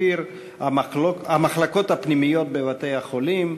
שפיר היא: המחלקות הפנימיות בבתי-החולים,